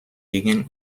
gegen